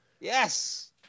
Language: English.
Yes